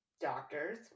doctors